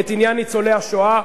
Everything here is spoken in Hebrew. את עניין ניצולי השואה,